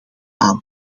aan